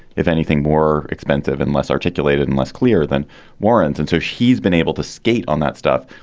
if anything, more expensive and less articulated and less clear than warren's. and so she's been able to skate on that stuff.